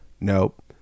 nope